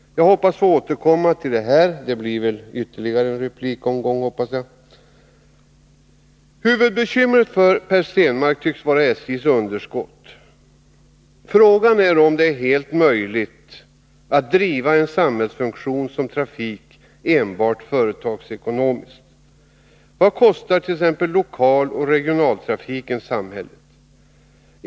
Jag hoppas få återkomma till detta i en replikomgång. Huvudbekymret för Per Stenmarck tycks vara SJ:s underskott. Frågan är om det är möjligt att driva en samhällsfunktion som trafik enbart företagsekonomiskt. Vad kostart.ex. lokaloch regionaltrafiken samhället?